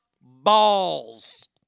balls